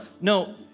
No